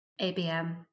abm